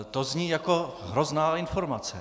To zní jako hrozná informace.